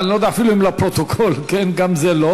אתה מוכן להרים את הכפפה שנטפל בזה?